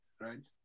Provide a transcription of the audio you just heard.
right